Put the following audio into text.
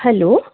hello